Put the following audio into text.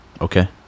Okay